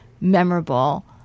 memorable